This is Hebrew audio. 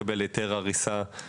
צריך לקבל היתר הריסה,